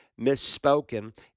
misspoken